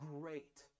great